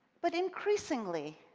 but increasingly,